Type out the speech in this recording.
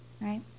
right